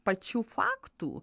pačių faktų